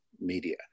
media